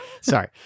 Sorry